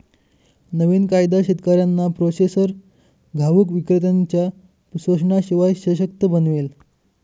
नवीन कायदा शेतकऱ्यांना प्रोसेसर घाऊक विक्रेत्त्यांनच्या शोषणाशिवाय सशक्त बनवेल